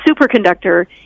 superconductor